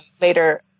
later